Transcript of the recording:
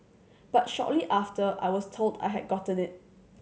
but shortly after I was told I had gotten it